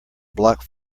block